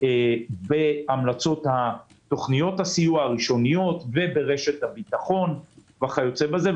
בהמלצות על תוכניות הסיוע הראשוניות וברשת הביטחון וכיוצא בזה.